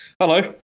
Hello